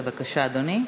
בבקשה, אדוני.